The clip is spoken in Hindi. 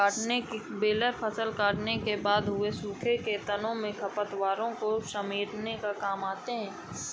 बेलर फसल कटने के बाद बचे हुए सूखे तनों एवं खरपतवारों को समेटने के काम आते हैं